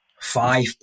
five